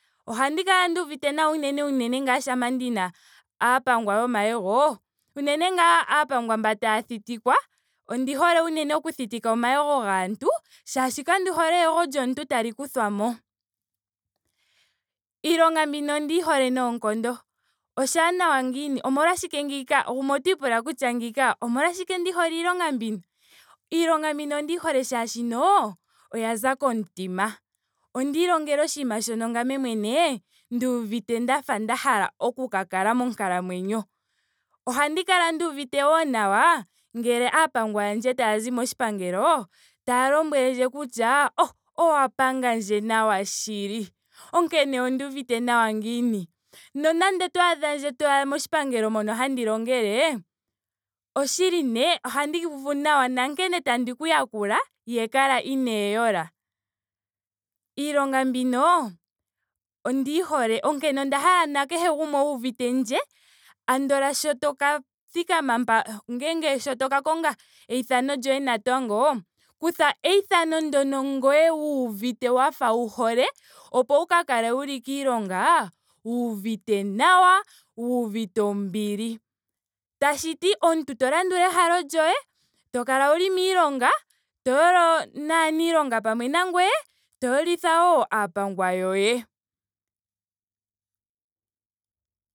Ohandi kala nduuvite nawa unene unene shampa ndina aapangwa yomayego. unene ngaa aapangwa mba taa thitikwa. ondi hole unene okuthitika omayego gaantu molwaashoka kandi hole eyego lyomuntu tali kuthwamo. Iilonga mbino ondiyi hole noonkondo. oshaanawa ngiini? Omolwashike gumwe ota ipula kutya ngiika omolwashike ndi hole iilonga mbika? Iilonga mbika ondiyi hole molwaashoka oyaza komutima. Onda ilongela oshinima shoka ngame mwene nduuvite ndafa nda hala ndika hale monkalamwenyo. Ohandi kala wo nduuvite nawa ngele aapangwa yandje tayazi moshipangelo. taya lombwele kutya oh owa pangandje nawa shili. onkene onda uvite nawa ngiini. Nonando to adhandje toya moshipangelo mono handi longele. oshili nee ohandi uvu nawa nankene tandi ku yakula. ihandi kala inaandi yola. Ilonga mbino ondi yi hole. onkene onda hala nakehe gumwe wuuvitendje andola sho toka thikama mpa- ngele to to ka konga eithano lyoye natango. kutha eithano ndyoka ngoye wuuvite ngoye wafa wu hole opo wu ka kale wuli kiilonga wuuvite nawa. wuuvite ombili. tashiti omuntu to landula ehalo lyoye. to kala wuli miilonga. to yolo pamwe naanilonga pamwe nangoye. to yolitha wo aapangwa yoye.